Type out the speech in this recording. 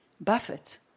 Buffett